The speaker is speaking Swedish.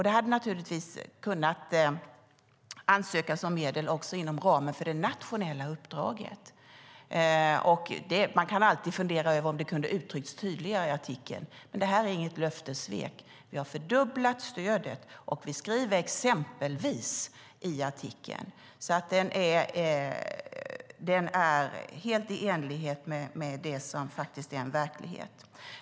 De hade naturligtvis kunnat ansöka om medel också inom ramen för det nationella uppdraget. Man kan alltid fundera över om det kunde ha uttryckts tydligare i artikeln, men det är inget löftessvek. Vi har fördubblat stödet, och vi skriver "exempelvis" i artikeln. Den är alltså helt i enlighet med den faktiska verkligheten.